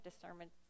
discernment